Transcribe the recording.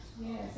Yes